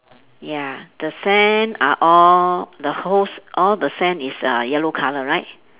ya the sand are all the whole all the sand is uh yellow colour right